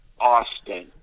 Austin